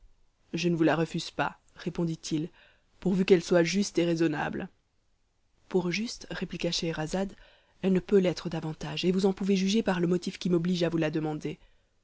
je ne vous la refuse pas réponditil pourvu qu'elle soit juste et raisonnable pour juste répliqua scheherazade elle ne peut l'être davantage et vous en pouvez juger par le motif qui m'oblige à vous la demander